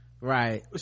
Right